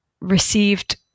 received